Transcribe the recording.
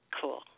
Cool